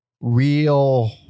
real